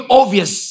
obvious